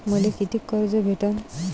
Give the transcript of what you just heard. मले कितीक कर्ज भेटन?